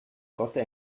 gota